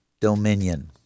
Dominion